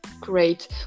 Great